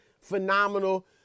phenomenal